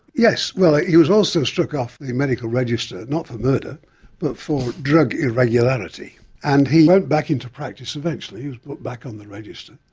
yes, well he was also struck off the medical register not for murder but for drug irregularity and he went back into practice eventually, he was put back on the register.